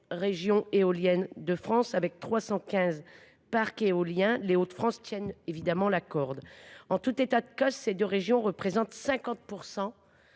d’éoliennes ; avec 315 parcs éoliens, les Hauts de France tiennent évidemment la corde. En tout état de cause, ces deux régions représentent 50